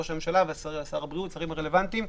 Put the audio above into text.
הממשלה ושר הבריאות והשרים הרלוונטיים.